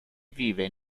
vive